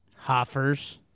Hoffers